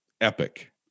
epic